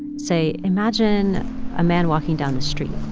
say, imagine a man walking down the street,